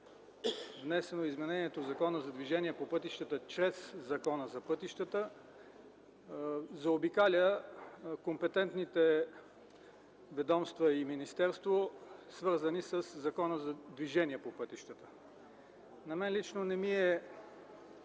внесено изменението на Закона за движение по пътищата чрез Закона за пътищата, заобикаля компетентните ведомства и министерство, свързани със Закона за движението по пътищата. На мен лично не ми е